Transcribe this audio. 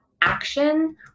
action